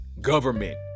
Government